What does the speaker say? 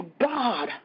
God